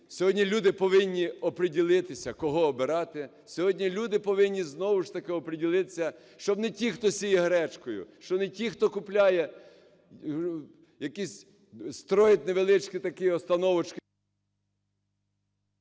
Сьогодні люди повинні определиться, кого обирати. Сьогодні люди повинні знову ж таки определиться, що не ті, хто сіє гречкою, що не ті, хто купляє, якісь строїть невеличкі такі остановочки…